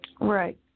Right